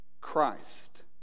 Christ